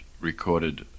recorded